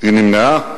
היא נמנעה,